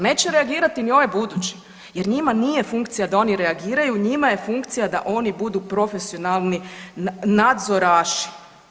Neće ni reagirati ni ovaj budući jer njima nije funkcija da oni reagiraju, njima je funkcija da oni budu profesionalni nadzoraši.